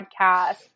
podcast